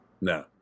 No